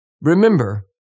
Remember